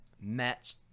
match